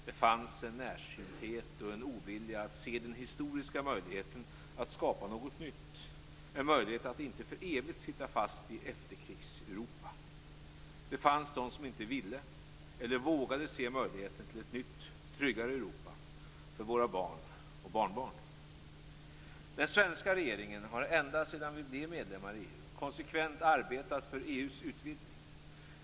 Det fanns en närsynthet och en ovilja att se den historiska möjligheten att skapa något nytt och en möjlighet att inte för evigt sitta fast i Efterkrigseuropa. Det fanns de som inte ville eller vågade se möjligheten till ett nytt, tryggare Europa för våra barn och barnbarn. Den svenska regeringen har ända sedan vi blev medlemmar i EU konsekvent arbetat för EU:s utvidgning.